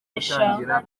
gutangira